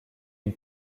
une